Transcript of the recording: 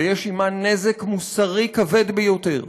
ויש עמה נזק מוסרי כבד ביותר,